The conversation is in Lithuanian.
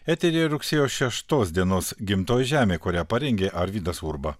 eteryje rugsėjo šeštos dienos gimtoji žemė kurią parengė arvydas urba